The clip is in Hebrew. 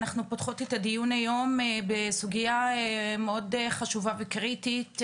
אנחנו פותחות את הדיון היום בסוגייה מאוד חשובה וקריטית,